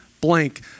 blank